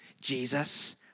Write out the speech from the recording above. Jesus